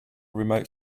remote